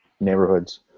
neighborhoods